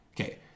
Okay